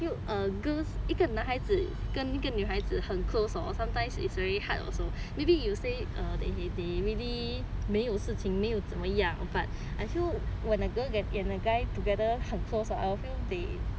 a girl 一个男孩子跟一个女孩子很 close hor sometimes it's very hard also maybe you say err they they really 没有事情没有怎么样 but I feel when a girl get and a guy together 很 close hor I'll feel they